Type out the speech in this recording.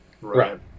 Right